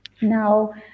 Now